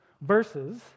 verses